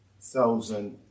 thousand